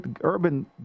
Urban